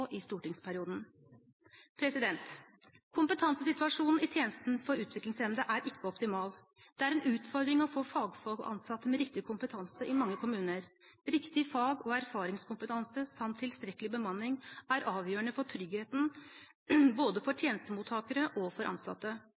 i stortingsperioden. Kompetansesituasjonen i tjenestene for utviklingshemmede er ikke optimal. Det er en utfordring å få fagfolk og ansatte med riktig kompetanse i mange kommuner. Riktig fag og erfaringskompetanse samt tilstrekkelig bemanning er avgjørende for tryggheten for både tjenestemottakere og ansatte.